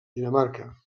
dinamarca